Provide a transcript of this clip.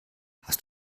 hast